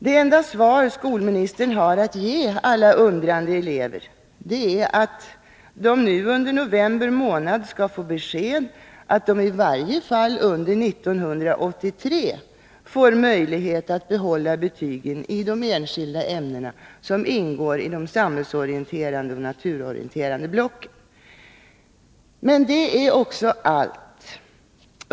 Det enda svar skolministern har att ge alla undrande elever är att de nu under november månad skall få besked att de i varje fall under 1983 får möjlighet att behålla betygen i de enskilda ämnen som ingår i de samhällsorienterande och naturorienterande blocken. Men det är också allt.